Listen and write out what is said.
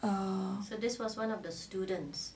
err